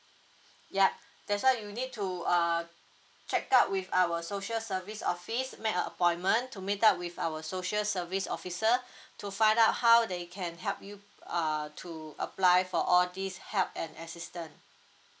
ya that's why you need to uh check out with our social service office make an appointment to meet up with our social service officer to find out how they can help you err to apply for all these help and assistance